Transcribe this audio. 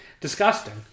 disgusting